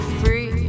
free